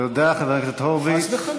תודה, חבר הכנסת הורוביץ.